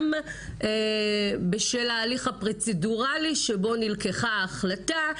גם בשל ההליך הפרוצדוראלי בו נלקחה החלטה,